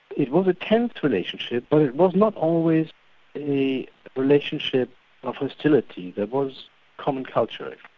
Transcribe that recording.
it was a tense relationship but it was not always a relationship of hostility that was common culturally.